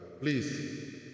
please